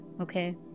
okay